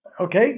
Okay